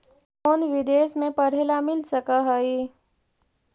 Loan विदेश में पढ़ेला मिल सक हइ?